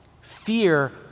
Fear